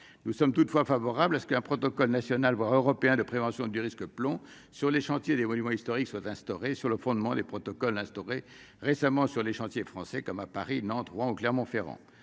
nous sommes toutefois favorable à ce qu'un protocole national, voire européen de prévention du risque plomb sur les chantiers des monuments historiques soit instauré sur le fondement des protocoles instaurée récemment sur les chantiers français comme à Paris, Nantes, Rouen, Clermont-Ferrand